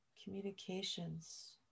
communications